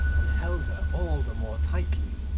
and held her all the more tightly.